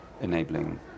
enabling